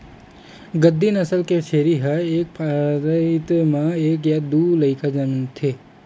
गद्दी नसल के छेरी ह एक पइत म एक य दू लइका जनमथे